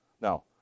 Now